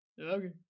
Okay